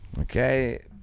Okay